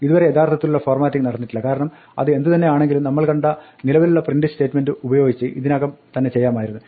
ഇതുവരെ യഥാർത്ഥത്തിലുള്ള ഫോർമാറ്റിംഗ് നടന്നിട്ടില്ല കാരണം അത് എന്തുതന്നെ ആണെങ്കിലും നമ്മൾ കണ്ട നിലവിലുള്ള പ്രിന്റ് സ്റ്റേറ്റ്മെന്റ് ഉപയോഗിച്ച് ഇതിനകം തന്നെ ചെയ്യാമായിരുന്നു